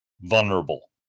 vulnerable